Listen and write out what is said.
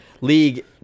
league